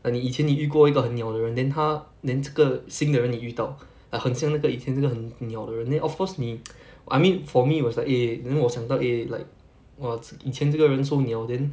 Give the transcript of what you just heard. like 你以前你遇过一个很 niao 的人 then 他 then 这个新的人你遇到 like 很像那个以前这个很 niao 的人 then of course 你 I mean for me it was like eh then 我想到 eh like !wah! 以前这个人 so niao then